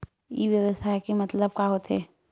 ई व्यवसाय के मतलब का होथे?